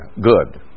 good